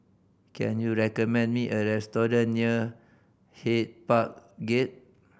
can you recommend me a restaurant near Hyde Park Gate